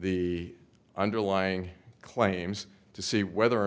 the underlying claims to see whether or